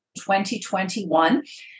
2021